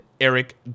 Eric